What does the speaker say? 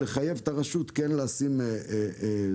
לחייב את הרשות כן לשים את זה.